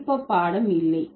விருப்ப பாடம் இல்லை